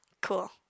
cool